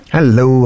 Hello